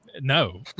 no